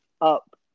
up